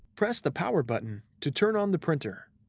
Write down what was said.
press the power button to turn on the printer.